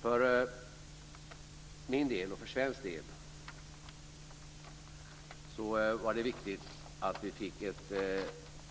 För min del och för svensk del var det viktigt att vi fick ett